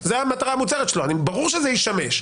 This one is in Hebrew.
ברור שזה ישמש.